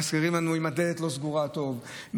מזכירים לנו אם הדלת לא סגורה טוב,